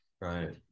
Right